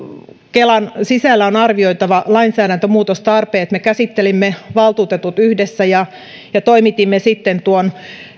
kelan sisällä on arvioitava lainsäädäntömuutostarpeet me valtuutetut käsittelimme asiaa yhdessä ja ja toimitimme sitten tuon